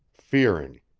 fearing,